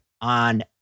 on